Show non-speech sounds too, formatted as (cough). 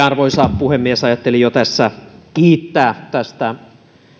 (unintelligible) arvoisa puhemies ajattelin jo tässä kiittää tästä